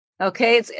Okay